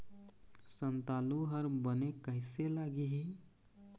संतालु हर बने कैसे लागिही?